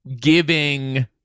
giving